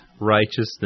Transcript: righteousness